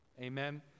Amen